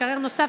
מקרר נוסף,